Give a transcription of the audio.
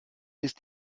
ist